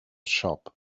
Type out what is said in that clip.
shop